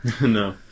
no